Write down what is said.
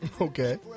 okay